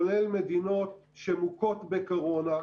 כולל מדינות מוכות קורונה,